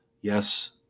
Yes